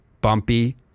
bumpy